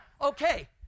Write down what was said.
Okay